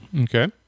okay